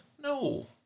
No